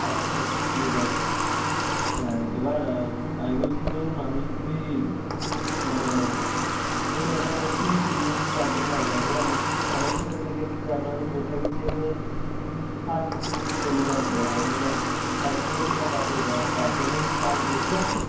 আচ্ছা ঠিক আছে হ্যাঁ এবার আমি বলছি ধরুন আমি যদি মানে ধরুন ওইটা বলছেন তিন দিন কি চার দিন টাইম লাগবে অনেক অনেক ক্ষেত্রে দেখেছি যে আপনাদের পোস্ট অফিস থেকে ধরুন ফাস্ট ডেলিভার দেওয়া হয় মানে এক দিনে সেটা পাঠিয়ে দেওয়া হয় তার জন্য কি চার্জ বেশি লাগবে